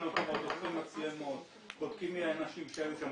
בודקים מצלמות, בודקים מי האנשים שהיו שם.